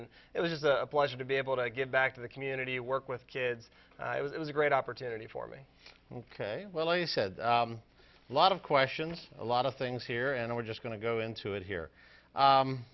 and it was a pleasure to be able to give back to the community work with kids and i was a great opportunity for me ok well you said a lot of questions a lot of things here and we're just going to go into it here